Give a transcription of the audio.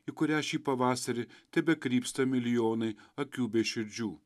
į kurią šį pavasarį tebekrypsta milijonai akių bei širdžių